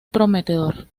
prometedor